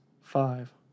five